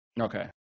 Okay